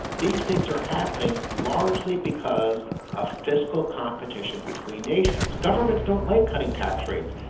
these things are happening largely because of fiscal competition between nations. government don't like cutting tax rates,